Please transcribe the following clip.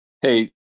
hey